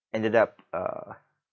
ended up uh